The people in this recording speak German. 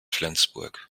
flensburg